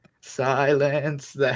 Silence